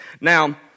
Now